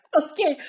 Okay